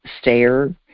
stare